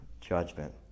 judgment